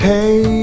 Hey